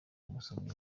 umusomyi